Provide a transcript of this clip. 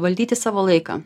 valdyti savo laiką